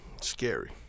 Scary